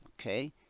Okay